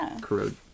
corrode